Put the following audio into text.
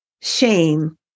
shame